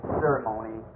ceremony